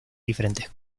diferentes